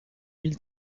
mille